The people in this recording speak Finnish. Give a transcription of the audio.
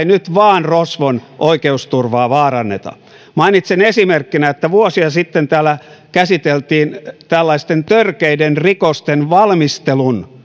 nyt vain rosvon oikeusturvaa vaaranneta mainitsen esimerkkinä kuinka vuosia sitten täällä käsiteltiin tällaisten törkeiden rikosten valmistelun